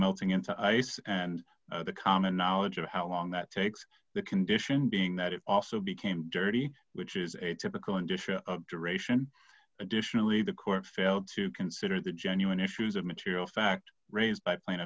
melting into ice and the common knowledge of how long that takes the condition being that it also became dirty which is a typical in disha duration additionally the court failed to consider the genuine issues of material fact raised by pla